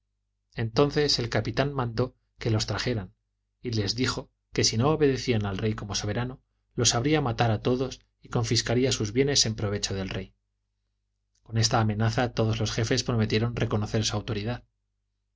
entonces el capitán mandó que los trajeran y les dijo que si no obedecían al rey como soberano los haría matar a todos y confiscaría sus bienes en provecho del rey con esta amenaza todos los jefes prometieron reconocer su autoridad